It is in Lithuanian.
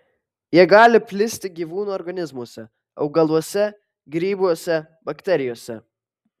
jie gali plisti gyvūnų organizmuose augaluose grybuose bakterijose